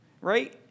right